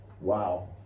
Wow